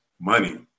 money